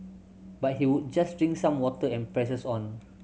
but he would just drink some water and presses on